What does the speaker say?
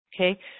okay –